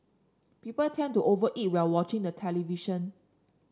people tend to over eat while watching the television